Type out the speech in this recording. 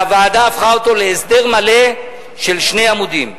והוועדה הפכה אותו להסדר מלא של שני עמודים.